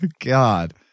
God